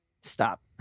Stop